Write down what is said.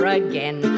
again